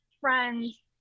friends